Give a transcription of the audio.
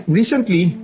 recently